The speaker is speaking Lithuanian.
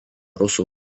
rusų